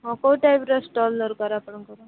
ହଁ କେଉଁ ଟାଇପ୍ର ଷ୍ଟଲ୍ ଦରକାର ଆପଣଙ୍କର